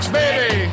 baby